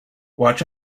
watch